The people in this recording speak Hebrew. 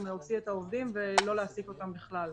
להוציא את העובדים ולא להעסיק אותם בכלל.